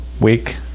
week